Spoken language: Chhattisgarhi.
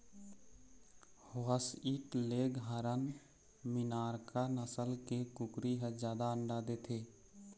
व्हसइट लेग हारन, मिनार्का नसल के कुकरी ह जादा अंडा देथे